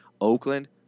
Oakland